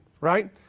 right